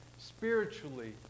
spiritually